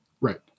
Right